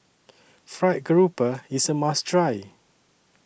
Fried Grouper IS A must Try